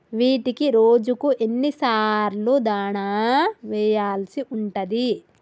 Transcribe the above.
వీటికి రోజుకు ఎన్ని సార్లు దాణా వెయ్యాల్సి ఉంటది?